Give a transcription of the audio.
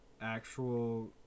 actual